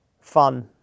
fun